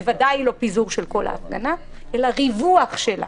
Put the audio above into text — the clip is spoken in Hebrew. בוודאי לא פיזור של כל ההפגנה אלא ריווח שלה,